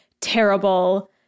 terrible